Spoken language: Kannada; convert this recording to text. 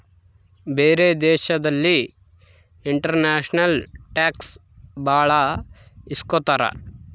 ಬೇರೆ ದೇಶದಲ್ಲಿ ಇಂಟರ್ನ್ಯಾಷನಲ್ ಟ್ಯಾಕ್ಸ್ ಭಾಳ ಇಸ್ಕೊತಾರ